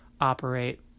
operate